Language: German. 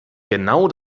genau